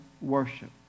worship